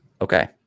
Okay